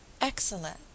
Excellent